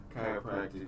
chiropractic